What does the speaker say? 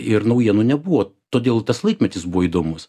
ir naujienų nebuvo todėl tas laikmetis buvo įdomus